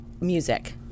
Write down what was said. Music